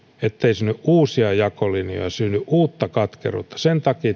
ettei synny uusia jakolinjoja synny uutta katkeruutta sen takia